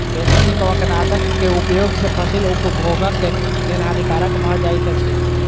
बेसी कवकनाशक के उपयोग सॅ फसील उपभोगक लेल हानिकारक भ जाइत अछि